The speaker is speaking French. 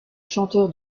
chanteur